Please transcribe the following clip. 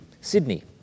Sydney